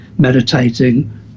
meditating